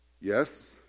Yes